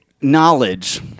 knowledge